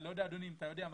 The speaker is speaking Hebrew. אני לא יודע אם אתה יודע,